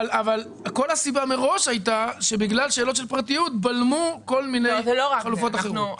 כל הסיבה מראש הייתה שבגלל שאלות של פרטיות בלמו כל מיני חלופות אחרות.